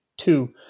two